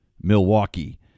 Milwaukee